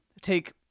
Take